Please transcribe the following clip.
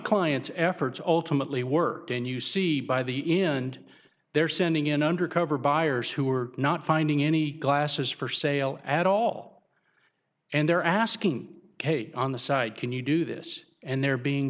client's efforts ultimately work and you see by the end they're sending in undercover buyers who are not finding any glasses for sale at all and they're asking kate on the site can you do this and they're being